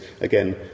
again